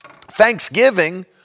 Thanksgiving